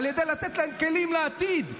על ידי נתינת כלים לעתיד.